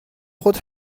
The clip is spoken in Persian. خود